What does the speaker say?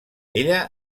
ella